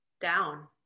down